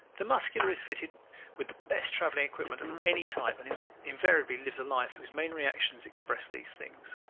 the muscular is fitted with the best traveling equipment of any type and invariably lives a life whose main reactions express these things.